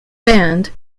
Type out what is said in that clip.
band